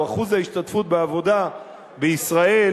או אחוז ההשתתפות בעבודה בישראל,